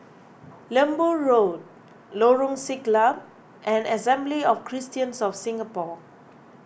Lembu Road Lorong Siglap and Assembly of Christians of Singapore